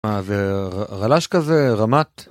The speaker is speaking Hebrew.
מה זה רלש כזה רמת.